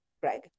Greg